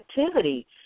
activity